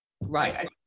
right